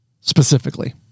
Specifically